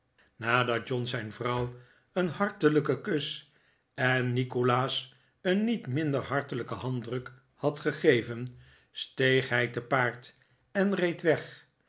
nadat john zijn vrouw een hartelijken kus en nikolaas een niet minder hartelijken handdruk had gegeven steeg hij te paard en reed weg